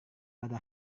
pada